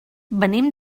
venim